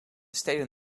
steden